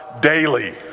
daily